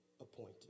appointed